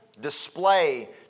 display